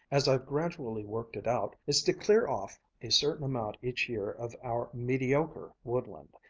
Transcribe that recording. as i've gradually worked it out, is to clear off a certain amount each year of our mediocre woodland,